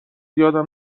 یادم